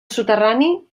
soterrani